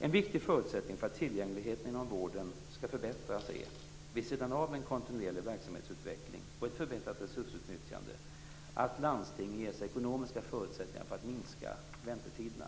En viktig förutsättning för att tillgängligheten inom vården skall förbättras är, vid sidan av en kontinuerlig verksamhetsutveckling och ett förbättrat resursutnyttjande, att landstingen ges ekonomiska förutsättningar för att minska väntetiderna.